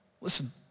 Listen